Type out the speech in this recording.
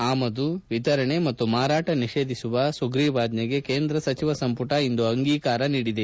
ಆಮದು ವಿತರಣೆ ಮತ್ತು ಮಾರಾಟ ನಿಷೇಧಿಸುವ ಸುಗ್ರೀವಾಜ್ಷೆಗೆ ಕೇಂದ್ರ ಸಚಿವ ಸಂಪುಟ ಇಂದು ಅಂಗೀಕಾರ ನೀಡಿದೆ